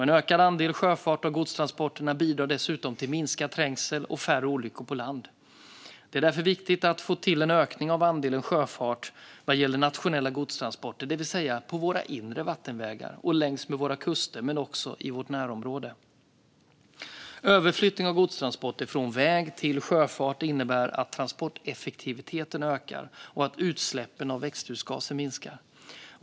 En ökad andel sjöfart av godstransporterna bidrar dessutom till minskad trängsel och färre olyckor på land. Det är därför viktigt att få till en ökning av andelen sjöfart vad gäller nationella godstransporter, det vill säga på våra inre vattenvägar och längs med våra kuster men också i vårt närområde. Överflyttning av godstransporter från väg till sjöfart innebär att transporteffektiviteten ökar och att utsläppen av växthusgaser minskar.